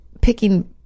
picking